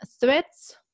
Threats